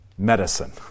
medicine